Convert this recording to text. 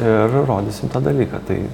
ir rodysim tą dalyką tai